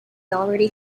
already